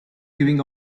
giving